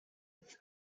its